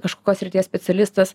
kažkokios srities specialistas